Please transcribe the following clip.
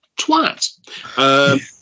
twat